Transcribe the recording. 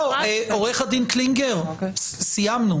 לא, עורך הדין קלינגר, סיימנו.